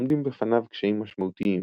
עומדים בפניו קשיים משמעותיים,